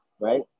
right